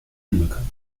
unbekannt